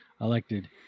elected